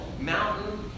mountain